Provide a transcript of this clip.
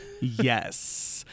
yes